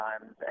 times